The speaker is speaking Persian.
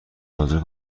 حاضر